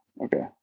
Okay